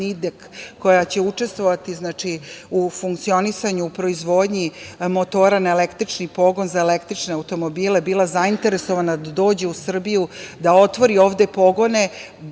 koja će učestvovati u funkcionisanju i proizvodnji motora na električni pogon za električne automobile bila zainteresovana da dođe u Srbiju, da otvori ovde pogone,